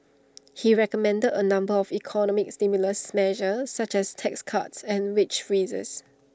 he recommended A number of economic stimulus measures such as tax cuts and wage freezes